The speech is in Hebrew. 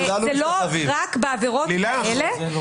זה לא רק בעבירות האלה -- כולנו משתחווים.